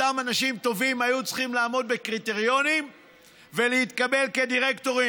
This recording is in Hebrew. אותם אנשים טובים היו צריכים לעמוד בקריטריונים ולהתקבל כדירקטורים.